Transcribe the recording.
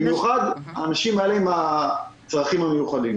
במיוחד האנשים האלה עם הצרכים המיוחדים.